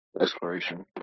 exploration